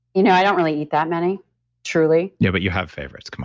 you know i don't really eat that many truly yeah, but you have favorites,